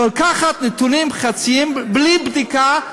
לקחת נתונים חלקיים בלי בדיקה,